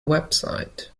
website